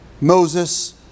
Moses